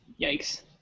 Yikes